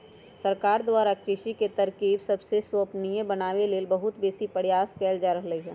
सरकार द्वारा कृषि के तरकिब सबके संपोषणीय बनाबे लेल बहुत बेशी प्रयास कएल जा रहल हइ